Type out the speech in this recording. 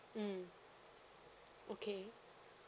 mmhmm okay